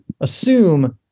assume